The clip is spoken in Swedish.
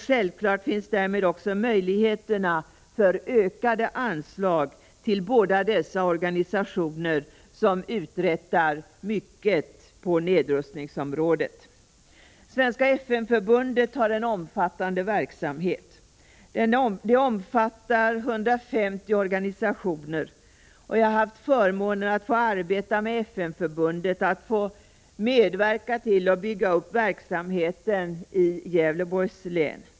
Självfallet finns det därmed också möjligheter för ökade anslag till båda dessa organisationer som uträttar mycket på nedrustningsområdet. Svenska FN-förbundet har en omfattande verksamhet. Förbundet omfattar 150 organisationer, och jag har haft förmånen att få arbeta med FN-förbundet och få medverka till att bygga upp verksamheten i Gävleborgs län.